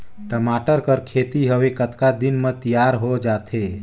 टमाटर कर खेती हवे कतका दिन म तियार हो जाथे?